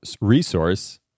resource